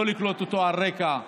לא לקלוט אותו על רקע מגדרי,